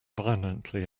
violently